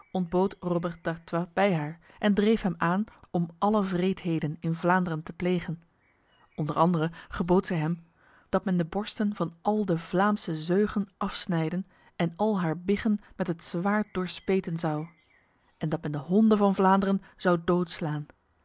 bij haar en dreef hem aan om alle wreedheden in vlaanderen te plegen onder andere gebood zij hem dat men de borsten van al de vlaamse zeugen afsnijden en al haar biggen met het zwaard doorspeten zou en dat men de honden van vlaanderen zou doodslaan